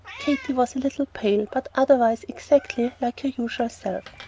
katy was a little pale, but otherwise exactly like her usual self,